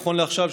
נכון לעכשיו,